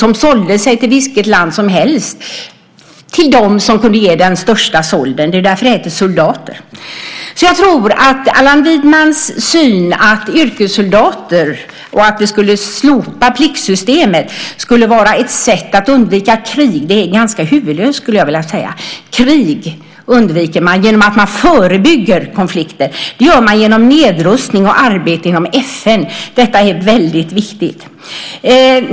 De sålde sig till vilket land som helst som kunde ge dem den största solden; det är därför det heter soldater. Jag tycker att Allan Widmans syn på yrkessoldater och att det skulle vara ett sätt att undvika krig om vi slopade pliktsystemet är ganska huvudlöst. Krig undviker man genom att förebygga konflikter. Det gör man genom nedrustning och arbete inom FN. Det är väldigt viktigt.